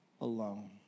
alone